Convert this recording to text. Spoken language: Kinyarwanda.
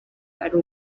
ari